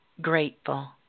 grateful